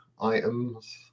items